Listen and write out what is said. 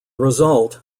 result